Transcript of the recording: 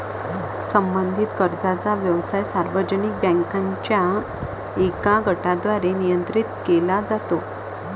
संबंधित कर्जाचा व्यवसाय सार्वजनिक बँकांच्या एका गटाद्वारे नियंत्रित केला जातो